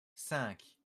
cinq